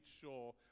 sure